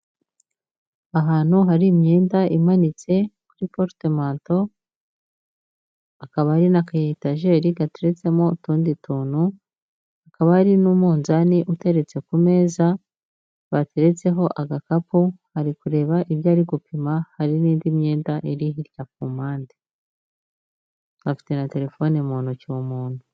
Ahantu hari imyenda imanitse kuri porutemanto, hakaba hari n'aka etajeri gateretsemo utundi tuntu, hakaba hari n'umwuzani uteretse ku meza bateretseho agakapu ari kureba ibyo ari gupima, hari n'indi myenda iri hirya ku mpande. Afite na telefone mu ntoki uwo muntu.